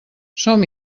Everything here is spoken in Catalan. som